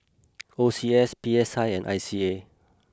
O C S P S I and I C A